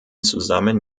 zusammen